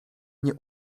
nie